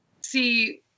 see